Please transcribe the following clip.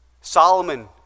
Solomon